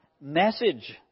message